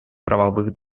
правовых